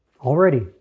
Already